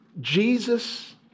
Jesus